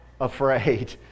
afraid